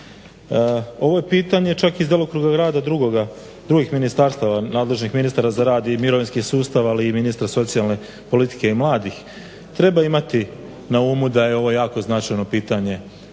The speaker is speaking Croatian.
Ovo je pitanje čak iz delokruga rada drugih ministarstava nadležnih ministara za rad i mirovinski sustav ali i ministra socijalne politike i mladih. Treba imati na umu da je ovo jako značajno pitanje